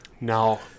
No